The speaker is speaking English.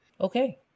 okay